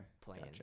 playing